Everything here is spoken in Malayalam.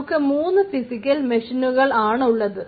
നമുക്ക് മൂന്നു ഫിസിക്കൽ മെഷീനുകൾ ആണുള്ളത്